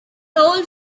old